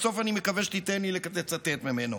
בסוף אני מקווה שתיתן לי לצטט ממנו.